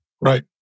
Right